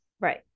right